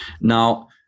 Now